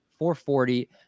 440